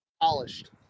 polished